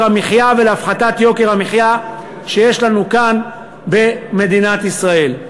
המחיה ולהפחתת יוקר המחיה שיש לנו כאן במדינת ישראל.